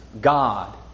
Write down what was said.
God